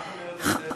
ומה את אומרת על זה